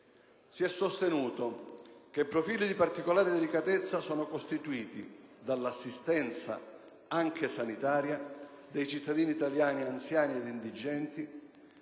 Si è sostenuto che profili di particolare delicatezza sono costituiti dall'assistenza, anche sanitaria, dei cittadini italiani anziani ed indigenti,